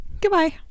Goodbye